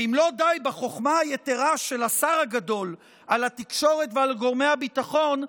ואם לא די בחוכמה היתרה של השר הגדול על התקשורת ועל גורמי הביטחון,